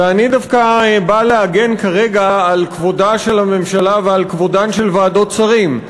ואני דווקא בא להגן כרגע על כבודה של הממשלה ועל כבודן של ועדות שרים.